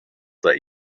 that